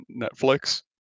Netflix